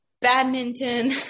badminton